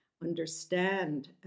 understand